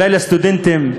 אולי לסטודנטים,